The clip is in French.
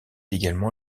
également